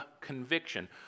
conviction